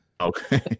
Okay